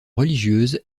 religieuse